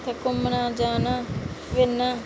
ते उत्थै घुम्मने गी जाना ते दिक्खना